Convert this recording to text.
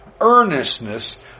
earnestness